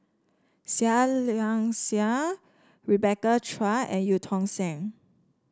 Seah Liang Seah Rebecca Chua and Eu Tong Sen